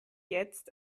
jetzt